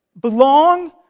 belong